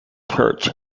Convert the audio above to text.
perch